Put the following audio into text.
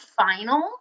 final